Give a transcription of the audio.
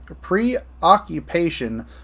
preoccupation